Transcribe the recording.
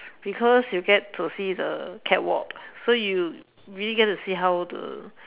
because you get to see the catwalk so you really get to see how the